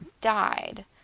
died